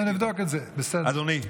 נבדוק את זה, בסדר.